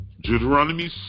Deuteronomy